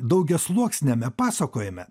daugiasluoksniame pasakojime